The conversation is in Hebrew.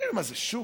תגידו, מה זה, שוק?